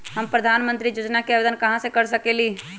हम प्रधानमंत्री योजना के आवेदन कहा से कर सकेली?